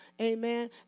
Amen